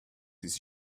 his